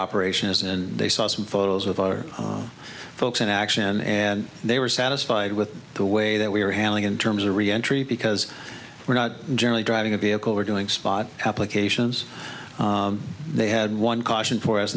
operation is and they saw some photos with our folks in action and they were satisfied with the way that we are handling in terms of reentry because we're not generally driving a vehicle we're doing spot applications they had one caution for us